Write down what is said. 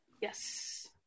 Yes